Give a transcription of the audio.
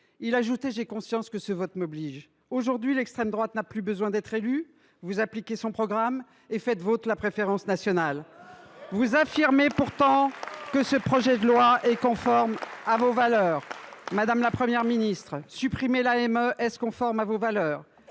Il ajoutait :« J’ai conscience que ce vote m’oblige. » Aujourd’hui, l’extrême droite n’a plus besoin d’être élue : vous appliquez son programme et faites vôtre la préférence nationale. Vous affirmez pourtant que ce projet de loi est conforme à vos valeurs. Madame la première ministre, supprimer l’aide médicale de l’État (AME), est ce conforme à vos valeurs ?